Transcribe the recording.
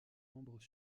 membres